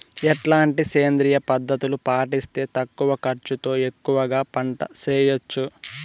ఎట్లాంటి సేంద్రియ పద్ధతులు పాటిస్తే తక్కువ ఖర్చు తో ఎక్కువగా పంట చేయొచ్చు?